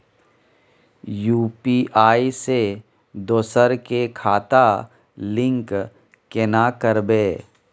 UPI से दोसर के खाता लिंक केना करबे?